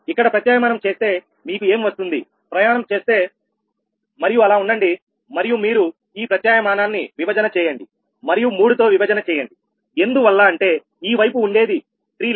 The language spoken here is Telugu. ఇక్కడ ప్రత్యామ్న్యాయం చేస్తే మీకు ఏం వస్తుంది ప్రయాణం చేస్తే మరియు అలా ఉండండి మరియు మీరు ఈ ప్రత్యామ్నాయాన్ని విభజన చేయండి మరియు 3 తో విభజన చేయండి ఎందువల్ల అంటే ఈ వైపు ఉండేది 3𝜆